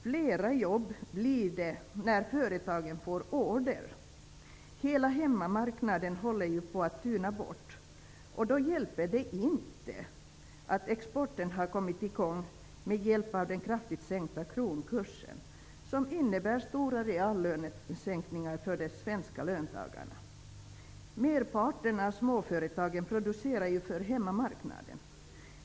Flera jobb blir det när företagen får order. Hela hemmamarknaden håller ju på att tyna bort, och då hjälper det inte att exporten har kommit i gång, med hjälp av den kraftigt sänkta kronkursen, som innebär stora reallönesänkningar för de svenska löntagarna. Merparten av småföretagen producerar för hemmamarknaden.